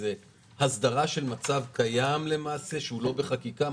זה הסדרה של מצב קיים שהוא לא בחקיקה?